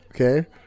okay